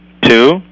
two